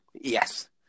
Yes